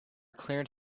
cleared